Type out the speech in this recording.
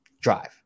drive